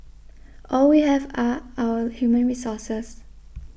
all we have are our human resources